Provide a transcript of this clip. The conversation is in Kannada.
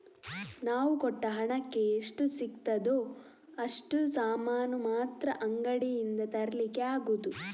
ನಾವು ಕೊಟ್ಟ ಹಣಕ್ಕೆ ಎಷ್ಟು ಸಿಗ್ತದೋ ಅಷ್ಟು ಸಾಮಾನು ಮಾತ್ರ ಅಂಗಡಿಯಿಂದ ತರ್ಲಿಕ್ಕೆ ಆಗುದು